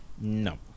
No